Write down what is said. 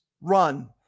run